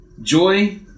Joy